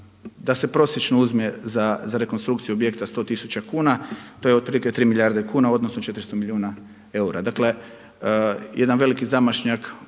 da se prosječno uzme za rekonstrukciju objekta 100 tisuća kuna to je otprilike tri milijarde kuna odnosno 400 milijuna eura.